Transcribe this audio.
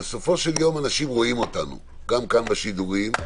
אנשים רואים אותנו כאן בשידורים,